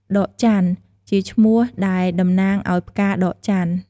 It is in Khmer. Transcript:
ដកចន្ទន៍ ជាឈ្មោះដែលតំណាងឱ្យផ្កាដកចន្ទន៍ ។